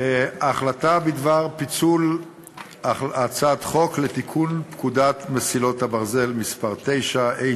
החלטה בדבר פיצול הצעת חוק לתיקון פקודת מסילות הברזל (מס' 9),